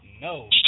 no